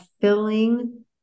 filling